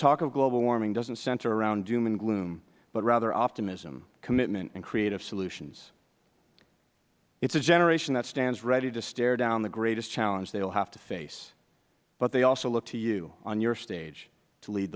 of global warming doesn't center around doom and gloom but rather optimism commitment and creative solutions it is a generation that stands ready to stare down the greatest challenge they will have to face but they also look to you on your stage to lead